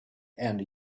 and